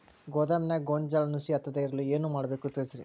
ಗೋದಾಮಿನ್ಯಾಗ ಗೋಂಜಾಳ ನುಸಿ ಹತ್ತದೇ ಇರಲು ಏನು ಮಾಡಬೇಕು ತಿಳಸ್ರಿ